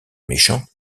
méchants